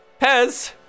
Pez